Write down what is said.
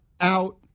out